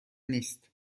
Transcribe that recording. نیست